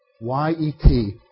Y-E-T